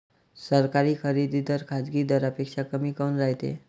सरकारी खरेदी दर खाजगी दरापेक्षा कमी काऊन रायते?